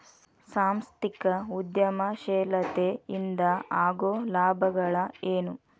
ಸಾಂಸ್ಥಿಕ ಉದ್ಯಮಶೇಲತೆ ಇಂದ ಆಗೋ ಲಾಭಗಳ ಏನು